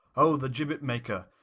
ho, the gibbet-maker?